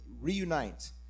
reunite